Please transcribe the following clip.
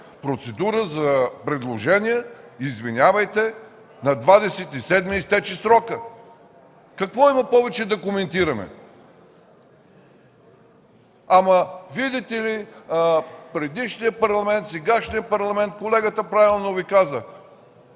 процедура за предложения. Извинявайте, на 27-ми изтече срокът. Какво повече има да коментираме?! Ама, видите ли, предишният Парламент, сегашният Парламент. Колегата правилно Ви каза